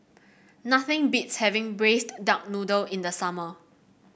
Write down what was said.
nothing beats having Braised Duck Noodle in the summer